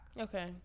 okay